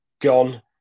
gone